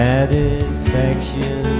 Satisfaction